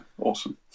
awesome